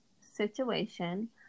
situation